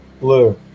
blue